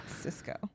cisco